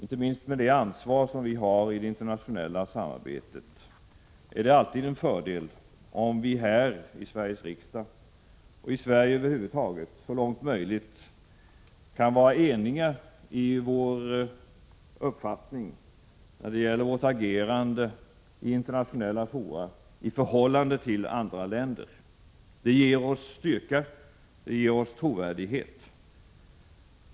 Inte minst med det ansvar som vi har i det internationella samarbetet är det därför alltid en fördel om vi här i Sveriges riksdag och i Sverige över huvud taget så långt möjligt kan vara eniga i vår uppfattning om vårt agerande i internationella fora i förhållande till andra länder. Det ger oss styrka, det ger oss trovärdighet.